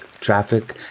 traffic